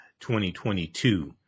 2022